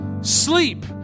Sleep